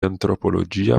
antropologia